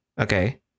Okay